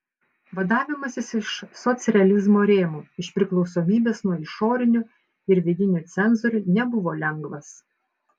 vadavimasis iš socrealizmo rėmų iš priklausomybės nuo išorinių ir vidinių cenzorių nebuvo lengvas